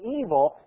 evil